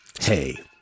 hey